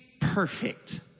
perfect